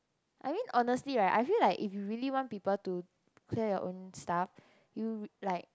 I mean honestly right I feel like if you really want people to clear your own stuff you like